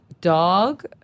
dog